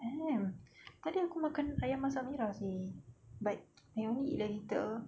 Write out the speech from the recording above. I never tadi aku makan ayam masak merah seh like I only eat a little